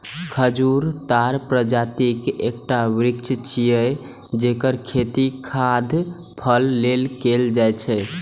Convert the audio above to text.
खजूर ताड़ प्रजातिक एकटा वृक्ष छियै, जेकर खेती खाद्य फल लेल कैल जाइ छै